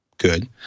good